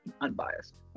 unbiased